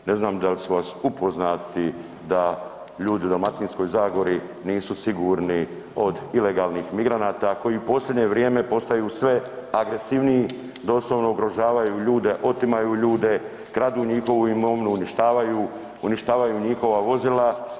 Ne znam da li su vas upoznati da ljudi u Dalmatinskoj zagori nisu sigurni od ilegalnih migranata koji u posljednje vrijeme postaju sve agresivniji, doslovno ugrožavaju ljudi, otimaju ljude, kradu njihovu imovinu, uništavaju njihova vozila.